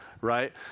Right